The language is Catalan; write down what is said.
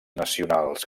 nacionals